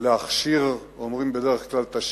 להכשיר אומרים בדרך כלל את השרץ,